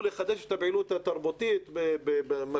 לחדש את הפעילות התרבותית במתנ"סים,